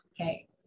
okay